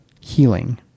healing